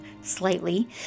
slightly